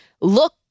look